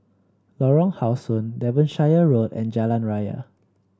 Lorong How Sun Devonshire Road and Jalan Raya